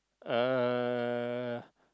uh